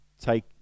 take